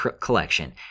Collection